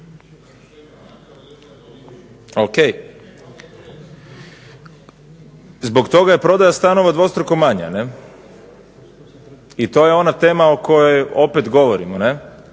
zbog toga je prodaja stanova dvostruko manja i to je ona tema o kojoj opet govorimo.